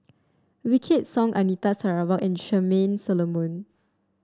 Wykidd Song Anita Sarawak and Charmaine Solomon